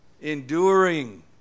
enduring